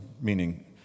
Meaning